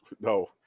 No